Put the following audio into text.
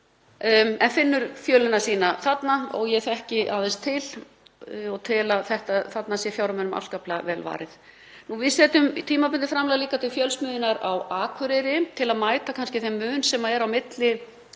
en finnur fjölina sína þarna og ég þekki aðeins til og tel að þarna sé fjármunum afskaplega vel varið. Við setjum tímabundið framlag líka til Fjölsmiðjunnar á Akureyri til að mæta þeim mun sem er á milli